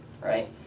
right